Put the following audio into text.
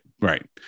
Right